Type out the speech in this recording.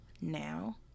now